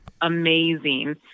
amazing